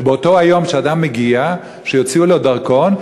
שבאותו היום שאדם מגיע יוציאו לו דרכון?